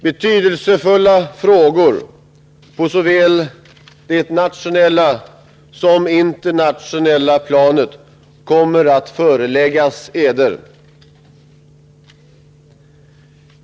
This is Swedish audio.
Betydelsefulla frågor på såväl det nationella som det internationella planet kommer att föreläggas er.